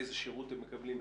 איזה שירות הם מקבלים,